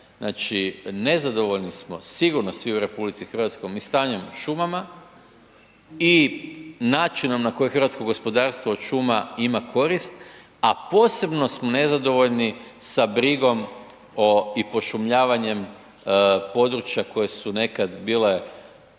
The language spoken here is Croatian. znači nezadovoljni smo sigurno svi u RH stanjem šumama i načinom na koji hrvatsko gospodarstvo od šuma ima korist a posebno smo nezadovoljni sa brigom i pošumljavanjem područja koja su nekad bile